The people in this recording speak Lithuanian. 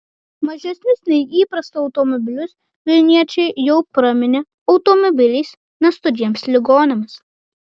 mažesnius nei įprasta automobilius vilniečiai jau praminė automobiliais nestoriems ligoniams